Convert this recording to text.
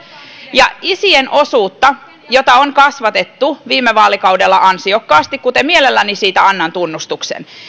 ja se että isien osuutta jota on kasvatettu viime vaalikaudella ansiokkaasti kuten mielelläni siitä annan tunnustuksen